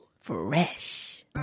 Fresh